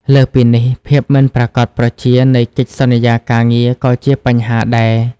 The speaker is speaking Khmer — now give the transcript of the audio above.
លើសពីនេះ ភាពមិនប្រាកដប្រជានៃ កិច្ចសន្យាការងារ ក៏ជាបញ្ហាដែរ។